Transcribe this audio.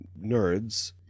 nerds